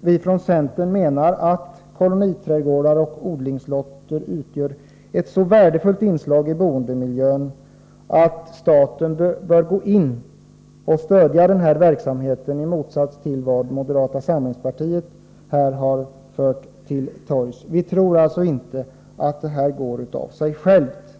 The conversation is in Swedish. vi från centern menar att koloniträdgårdar och odlingslotter utgör ett så värdefullt inslag i boendemiljöer att staten bör gå in och stödja den här verksamheten, i motsats till vad moderata samlingspartiet har fört till torgs. Vi tror alltså inte att det här går av sig självt.